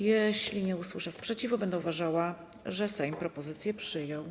Jeśli nie usłyszę sprzeciwu, będę uważała, że Sejm propozycję przyjął.